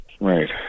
Right